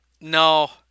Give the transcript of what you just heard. No